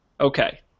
Okay